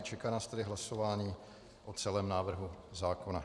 Čeká nás tedy hlasování o celém návrhu zákona.